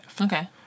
Okay